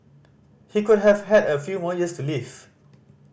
he could have had a few more years to live